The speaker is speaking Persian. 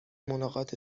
ملاقات